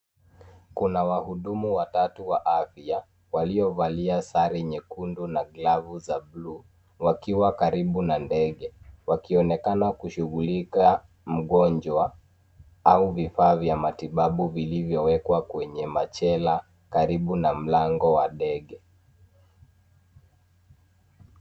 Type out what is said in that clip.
Kuna wahudumu watatu wa afya waliovalia sare nyekundu na glavu za bluu wakiwa karibu na ndege, wakionekana kushughulika mgonjwa au vifaa vya matibabu vilivyowekwa kwenye machela karibu na mlango wa ndege.